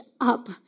up